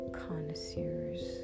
connoisseurs